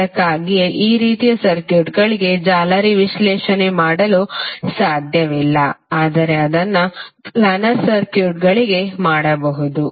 ಅದಕ್ಕಾಗಿಯೇ ಈ ರೀತಿಯ ಸರ್ಕ್ಯೂಟ್ಗಳಿಗೆ ಜಾಲರಿ ವಿಶ್ಲೇಷಣೆ ಮಾಡಲು ಸಾಧ್ಯವಿಲ್ಲ ಆದರೆ ಅದನ್ನು ಪ್ಲ್ಯಾನರ್ ಸರ್ಕ್ಯೂಟ್ಗಳಿಗೆ ಮಾಡಬಹುದು